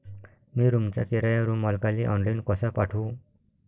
मी रूमचा किराया रूम मालकाले ऑनलाईन कसा पाठवू?